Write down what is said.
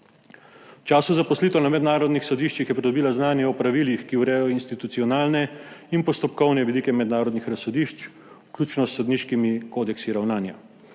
času zaposlitev na mednarodnih sodiščih je pridobila znanje o pravilih, ki urejajo institucionalne in postopkovne vidike mednarodnih razsodišč, vključno s sodniškimi kodeksi ravnanja.